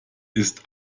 ist